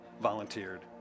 volunteered